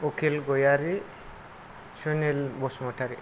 Ukhil Gayari Sunil Basumatary